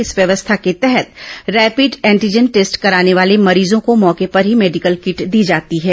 इस व्यवस्था के तहत रैपिड एंटीजन टेस्ट कराने वाले मरीजों को मौके पर ही मेडिकल किट दी जाती है